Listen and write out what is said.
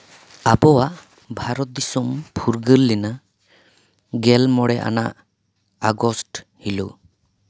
ᱟᱵᱚᱣᱟᱜ ᱵᱷᱟᱨᱚᱛ ᱫᱤᱥᱚᱢ ᱯᱷᱩᱨᱜᱟᱹᱞ ᱞᱮᱱᱟ ᱜᱮᱞ ᱢᱚᱬᱮ ᱟᱱᱟᱜ ᱟᱜᱚᱥᱴ ᱦᱤᱞᱳᱜ